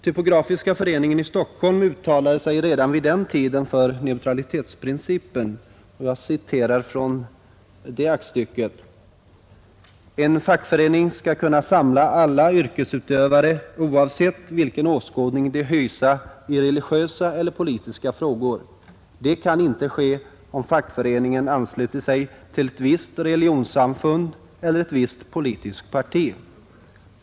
Typografiska föreningen i Stockholm uttalade sig redan vid den tiden för neutralitetsprincipen: ”En fackförening skall kunna samla alla yrkesutövare oavsett vilken åskådning de hysa i religiösa eller politiska frågor. Det kan inte ske, om fackföreningen ansluter sig till ett visst religionssamfund eller ett visst politiskt parti.